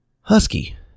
Husky